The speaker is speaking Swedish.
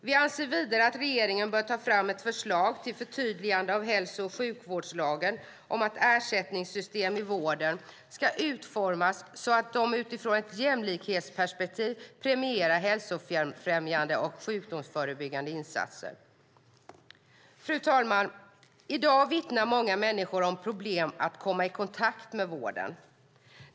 Vi anser vidare att regeringen bör ta fram ett förslag till förtydligande av hälso och sjukvårdslagen om att ersättningssystemen i vården ska utformas så att de utifrån ett jämlikhetsperspektiv premierar hälsofrämjande och sjukdomsförebyggande insatser. Fru talman! I dag vittnar många människor om problem med att komma i kontakt med vården.